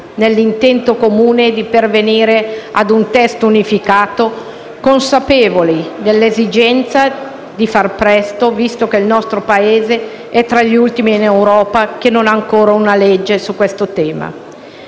nell'intento comune di pervenire ad un testo unificato, consapevoli dell'esigenza di fare presto, visto che il nostro Paese è tra gli ultimi in Europa ad adottare una legge su questo tema.